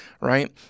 right